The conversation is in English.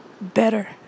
better